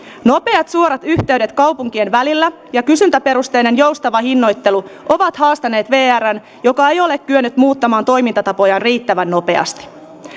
nopeat suorat yhteydet kaupunkien välillä ja kysyntäperusteinen joustava hinnoittelu ovat haastaneet vrn joka ei ole kyennyt muuttamaan toimintatapojaan riittävän nopeasti